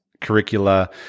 curricula